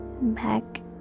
back